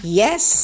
yes